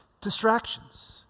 Distractions